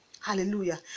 Hallelujah